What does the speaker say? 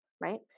right